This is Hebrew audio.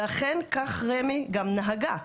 ואכן כך רמ"י גם נהגה.